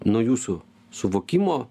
nuo jūsų suvokimo